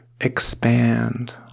expand